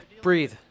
Breathe